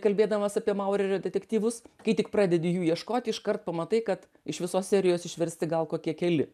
kalbėdamas apie maurerio detektyvus kai tik pradedi jų ieškoti iškart pamatai kad iš visos serijos išversti gal kokie keli